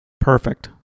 perfect